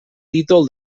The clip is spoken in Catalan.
títol